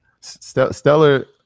Stellar